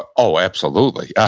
oh absolutely. yeah